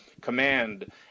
command